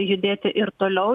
judėti ir toliau